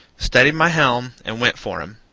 steadied my helm, and went for him.